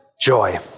joy